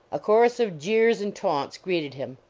a chorus of jeers and taunts greeted him.